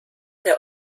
der